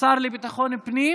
השר לביטחון פנים